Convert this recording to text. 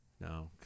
No